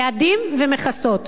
יעדים ומכסות,